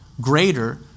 greater